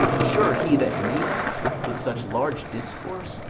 sure he that made us with such large discourse,